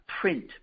print